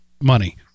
money